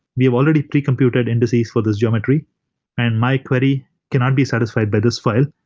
we have already pre-computed indices for this geometry and my query cannot be satisfied by this file,